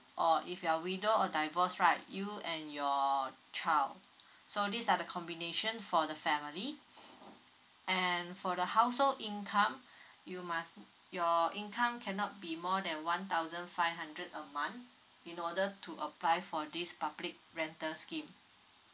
or if you are widow or divorce right you and your child so these are the combination for the family and for the household income you must your income cannot be more than one thousand five hundred a month in order to apply for this public rental scheme